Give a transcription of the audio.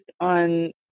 on